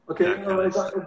Okay